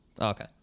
okay